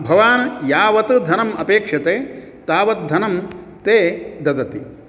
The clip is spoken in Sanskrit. भवान् यावत् धनम् अपेक्षते तावत् धनं ते ददति